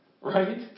right